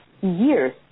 years